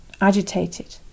agitated